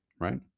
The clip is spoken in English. right